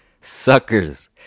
Suckers